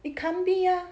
it can't be ah